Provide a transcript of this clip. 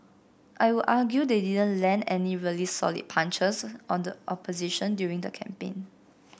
I would argue they didn't land any really solid punches on the opposition during the campaign